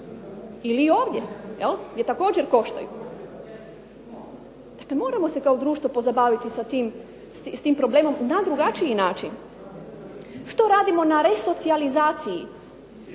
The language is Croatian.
ili ovdje gdje također koštaju. Dakle, moramo se kao društvo pozabaviti s tim problemom na drugačiji način. Što radimo na resocijalizaciji